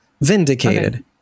Vindicated